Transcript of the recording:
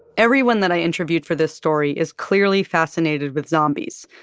everyone that i interviewed for this story is clearly fascinated with zombies,